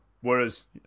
Whereas